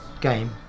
game